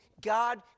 God